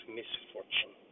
misfortune